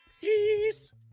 Peace